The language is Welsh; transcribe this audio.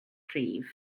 cryf